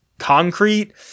Concrete